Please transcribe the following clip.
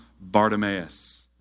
Bartimaeus